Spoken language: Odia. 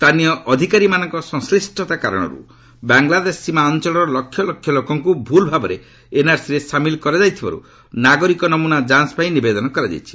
ସ୍ଥାନୀୟ ଅଧିକାରୀମାନଙ୍କ ସଂଶ୍ଲିଷ୍ଟତା କାରଣରୁ ବାଙ୍ଗଲାଦେଶ ସୀମା ଅଞ୍ଚଳର ଲକ୍ଷ ଲକ୍ଷ ଲୋକଙ୍କୁ ଭୁଲ୍ ଭାବରେ ଏନ୍ଆର୍ସିରେ ସାମିଲ କରାଯାଇଥିବାର୍ ନାଗରିକ ନମ୍ରନା ଯାଞ୍ଚ ପାଇଁ ନିବେଦନ କରାଯାଇଛି